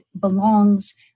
belongs